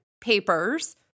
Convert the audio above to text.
papers